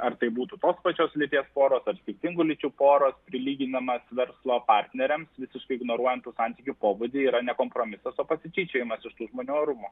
ar tai būtų tos pačios lyties poros ar skirtingų lyčių poros prilyginamas verslo partneriams visiškai ignoruojant tų santykių pobūdį yra ne kompromisas o pasityčiojimas iš tų žmonių orumo